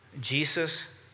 Jesus